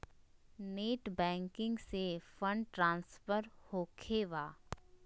Net banking से fund transfer होखें बा?